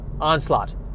onslaught